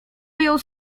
wyjął